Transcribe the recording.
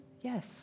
Yes